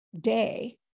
day